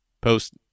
post